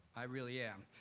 i really am.